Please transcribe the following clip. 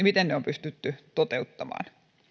miten ne on pystytty toteuttamaan